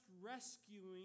rescuing